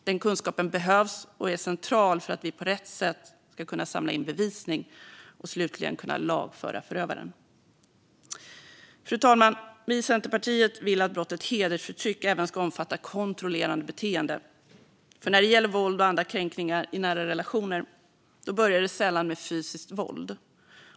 Den kunskapen behövs och är central för att vi på rätt sätt ska kunna samla in bevisning och slutligen kunna lagföra förövaren. Fru talman! Vi i Centerpartiet vill att brottet hedersförtryck även ska omfatta kontrollerande beteende. När det gäller våld och andra kränkningar i nära relationer börjar det sällan med fysiskt våld.